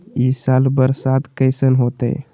ई साल बरसात कैसन होतय?